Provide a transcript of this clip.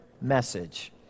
message